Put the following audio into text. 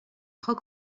roc